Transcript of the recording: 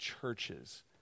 churches